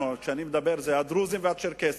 אנחנו, הדרוזים והצ'רקסים,